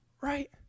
right